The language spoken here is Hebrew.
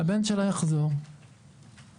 והבן שלה יחזור בחיים